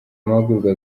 mahugurwa